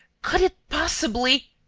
could it possibly?